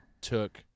took